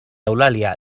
eulàlia